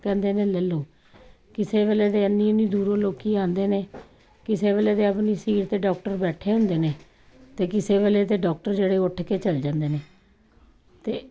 ਕਹਿੰਦੇ ਨੇ ਲੈ ਲਓ ਕਿਸੇ ਵੇਲੇ ਇੰਨੀ ਇੰਨੀ ਦੂਰੋਂ ਲੋਕ ਆਉਂਦੇ ਨੇ ਕਿਸੇ ਵੇਲੇ ਤਾਂ ਆਪਣੀ ਸੀਟ 'ਤੇ ਡਾਕਟਰ ਬੈਠੇ ਹੁੰਦੇ ਨੇ ਅਤੇ ਕਿਸੇ ਵੇਲੇ ਤਾਂ ਡਾਕਟਰ ਜਿਹੜੇ ਉੱਠ ਕੇ ਚੱਲੇ ਜਾਂਦੇ ਨੇ ਅਤੇ